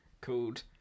called